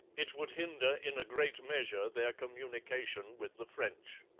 it would hinder in a great measure their communication with the french